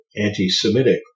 anti-Semitic